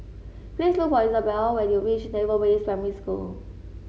please look for Isabel when you reach Naval Base Primary School